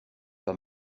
pas